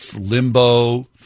limbo